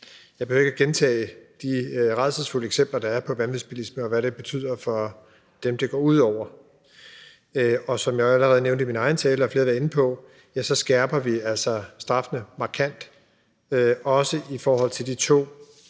Jeg behøver ikke at gentage de rædselsfulde eksempler, der er på vanvidsbilisme, og hvad det betyder for dem, som det går ud over, og som jeg allerede nævnte i min egen tale, og som flere har været inde på, skærper vi altså straffene markant, også i forhold til de to